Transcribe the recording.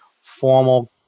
formal